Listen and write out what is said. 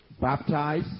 baptize